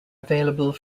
available